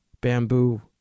Bamboo